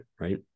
right